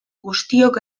guztiok